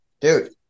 dude